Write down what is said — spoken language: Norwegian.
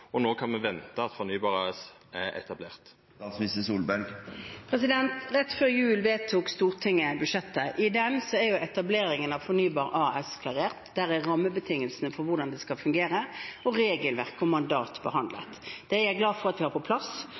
og når kan me venta at Fornybar AS er etablert? Rett før jul vedtok Stortinget budsjettet. I det er etableringen av Fornybar AS klarert. Der er rammebetingelsene for hvordan det skal fungere, og regelverk og mandat behandlet. Det er jeg glad for at vi har på plass.